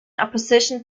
opposition